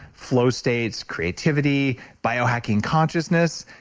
flow states, creativity, biohacking consciousness,